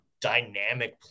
dynamic